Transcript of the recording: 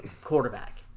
quarterback